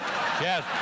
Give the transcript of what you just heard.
Yes